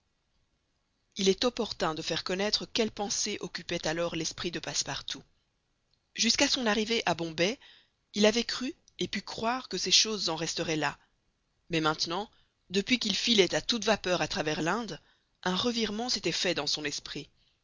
il est opportun de faire connaître quelles pensées occupaient alors l'esprit de passepartout jusqu'à son arrivée à bombay il avait cru et pu croire que ces choses en resteraient là mais maintenant depuis qu'il filait à toute vapeur à travers l'inde un revirement s'était fait dans son esprit